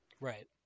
right